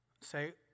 Say